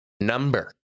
number